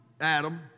Adam